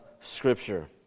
Scripture